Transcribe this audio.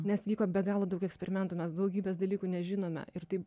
nes vyko be galo daug eksperimentų mes daugybės dalykų nežinome ir tai